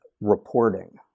reporting